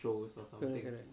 correct correct